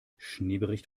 schneebericht